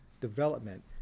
development